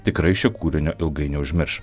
tikrai šio kūrinio ilgai neužmirš